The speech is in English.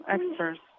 experts